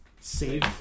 save